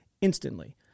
instantly